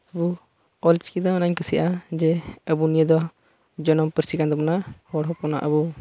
ᱟᱵᱚ ᱚᱞᱪᱤᱠᱤ ᱫᱚ ᱚᱱᱟᱧ ᱠᱩᱥᱤᱭᱟᱜᱼᱟ ᱡᱮ ᱟᱵᱚ ᱱᱤᱭᱟᱹ ᱫᱚ ᱡᱟᱱᱟᱢ ᱯᱟᱹᱨᱥᱤ ᱠᱟᱱ ᱛᱟᱵᱚᱱᱟ ᱦᱚᱲ ᱦᱚᱯᱚᱱᱟᱜ ᱟᱵᱚ